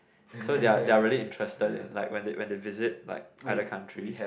so they are they are really interested in like when they when they visit like other countries